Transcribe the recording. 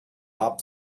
warp